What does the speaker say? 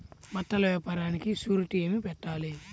బట్టల వ్యాపారానికి షూరిటీ ఏమి పెట్టాలి?